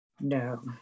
No